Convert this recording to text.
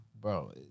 Bro